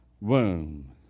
womb